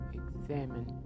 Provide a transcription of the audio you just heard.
examine